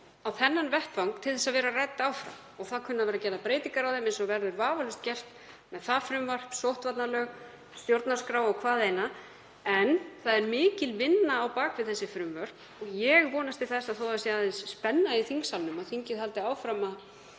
á þennan vettvang til að vera rædd áfram. Það kunna að vera gerðar breytingar á þeim, eins og verður vafalaust gert með það frumvarp, sóttvarnalög, stjórnarskrá og hvaðeina. En það er mikil vinna á bak við þessi frumvörp. Ég vonast til þess, þó að það sé aðeins spenna í þingsalnum, að þingið haldi áfram að